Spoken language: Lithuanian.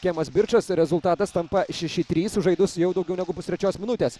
kemas birčas ir rezultatas tampa šeši trys sužaidus jau daugiau negu pustrečios minutės